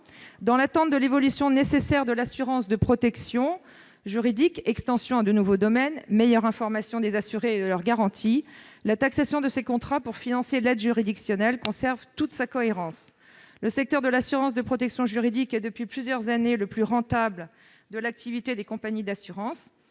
Dans l'attente de l'évolution nécessaire de l'assurance de protection juridique- extension à de nouveaux domaines, meilleure information des assurés sur leurs garanties -, la taxation des contrats pour financer l'aide juridictionnelle conserve toute sa cohérence. Le secteur de l'assurance de protection juridique est depuis plusieurs années le plus rentable de l'activité des compagnies d'assurance.